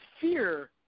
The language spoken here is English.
fear